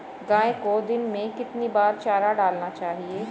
गाय को दिन में कितनी बार चारा डालना चाहिए?